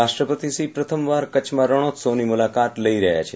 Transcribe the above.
રાષ્ટ્રપતિશ્રી પ્રથમવાર કચ્છમાં રણ ઉત્સવની મુલાકાત લઈ રહ્યા છે